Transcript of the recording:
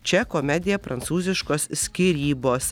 čia komedija prancūziškos skyrybos